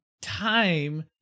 time